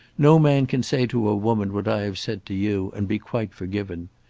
no man can say to a woman what i have said to you, and be quite forgiven.